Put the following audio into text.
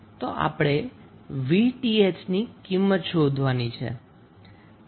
તો આપણે 𝑉𝑇ℎ ની કિંમત શોધવાની છે